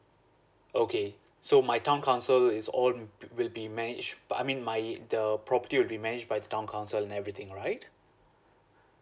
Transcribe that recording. okay so my town council is own will will be managed but I mean my the property will be managed by the town council and everything right